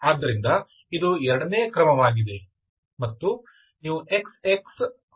ಆದ್ದರಿಂದ ಇದು ಎರಡನೇ ಕ್ರಮವಾಗಿದೆ ಮತ್ತು ನೀವು xx ವ್ಯುತ್ಪನ್ನಗಳನ್ನು ಹೊಂದಿದ್ದೀರಿ